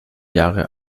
jahre